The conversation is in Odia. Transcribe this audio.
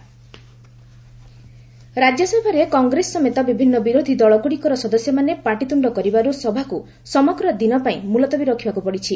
ପାର୍ଲାମେଣ୍ଟ ରାଜ୍ୟସଭାରେ କଂଗ୍ରେସ ସମେତ ବିଭିନ୍ନ ବିରୋଧି ଦଳଗୁଡିକର ସଦସ୍ୟମାନେ ପାଟିତ୍ରୁଣ୍ଡ କରିବାରୁ ସଭାକୁ ସମଗ୍ର ଦିନପାଇଁ ମୁଲତବୀ ରଖିବାକୁ ପଡ଼ିଛି